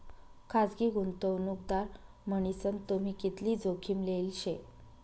खासगी गुंतवणूकदार मन्हीसन तुम्ही कितली जोखीम लेल शे